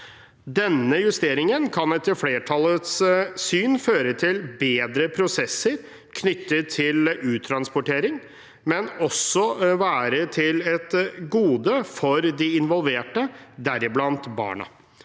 Denne justeringen kan etter flertallets syn føre til bedre prosesser knyttet til uttransportering, men den kan også være et gode for de involverte, deriblant barna.